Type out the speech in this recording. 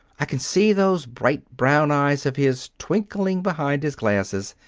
i can see those bright brown eyes of his twinkling behind his glasses.